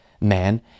man